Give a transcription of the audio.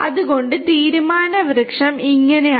അതിനാൽ തീരുമാന വൃക്ഷം ഇങ്ങനെയാണ്